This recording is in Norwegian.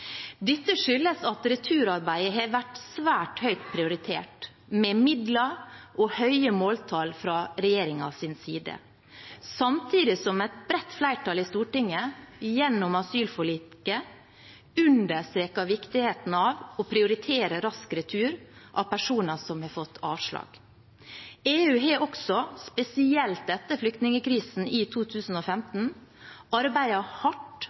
Dette skyldes at returarbeidet har vært svært høyt prioritert med midler og høye måltall fra regjeringens side, samtidig som et bredt flertall i Stortinget gjennom asylforliket understreket viktigheten av å prioritere rask retur av personer som har fått avslag. EU har også, spesielt etter flyktningkrisen i 2015, arbeidet hardt